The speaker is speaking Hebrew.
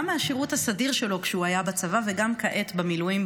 גם מהשירות הסדיר שלו כשהוא היה בצבא וגם כעת במילואים,